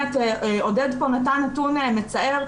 עודד פה נתן נתון מצער,